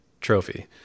trophy